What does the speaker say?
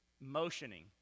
motioning